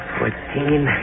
Fourteen